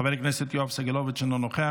חבר הכנסת יואב סגלוביץ' אינו נוכח,